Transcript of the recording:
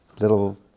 little